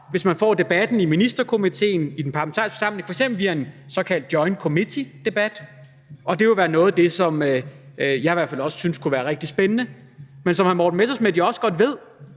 hvis man fik debatten i Ministerkomitéen, i den parlamentariske forsamling, f.eks. via en såkaldt joint committee-debat, og det vil jo i hvert fald også være noget af det, som jeg synes kunne være rigtig spændende. Men som hr. Morten Messerschmidt jo også godt ved,